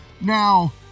now